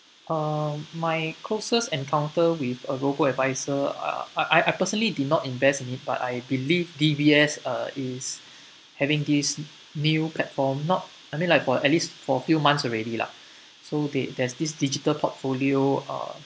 um my closest encounter with a robo-advisor uh I I personally did not invest in it but I believe D_B_S uh is having this new platform not I mean like for at least for a few months already lah so th~ there's this digital portfolio uh